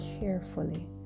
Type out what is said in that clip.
carefully